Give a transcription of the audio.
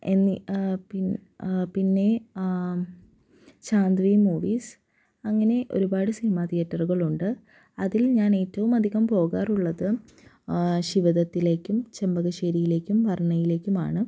എന്നീ പിന്നെ പിന്നേ ചാന്ദ്രീ മൂവീസ് അങ്ങനെ ഒരുപാട് സിനിമ തിയേറ്ററുകളുണ്ട് അതിൽ ഞാൻ ഏറ്റവും അധികം പോകാറുള്ളത് ശിവദത്തിലേക്കും ചെമ്പകശ്ശേരിയിലേക്കും വര്ണ്ണയിലേക്കും ആണ്